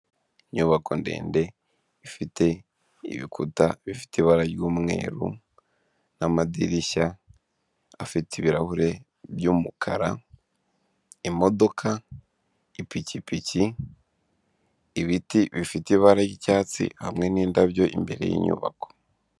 Inyubako ndende ifite ibikuta bifite ibara ry'mweru naamadirishya afite ibirahure byumukara, imodoka, ipikipiki ibiti bifite ibara ry'icyatsi hamwe n'indabyo imbere y'inyubako.